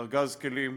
כארגז כלים,